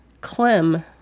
Clem